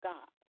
God